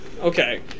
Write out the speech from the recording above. Okay